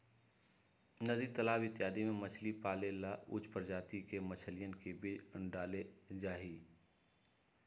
नदी तालाब इत्यादि में मछली पाले ला उच्च प्रजाति के मछलियन के बीज डाल्ल जाहई